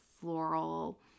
floral